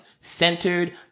centered